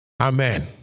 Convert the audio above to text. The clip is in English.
Amen